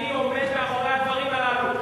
אני עומד מאחורי הדברים הללו.